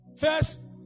First